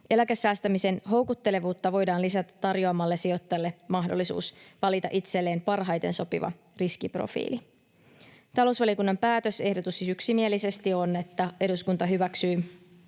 Eläkesäästämisen houkuttelevuutta voidaan lisätä tarjoamalla sijoittajalle mahdollisuus valita itselleen parhaiten sopiva riskiprofiili. Talousvaliokunnan päätösehdotus siis yksimielisesti on, että eduskunta hyväksyy